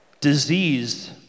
disease